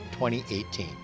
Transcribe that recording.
2018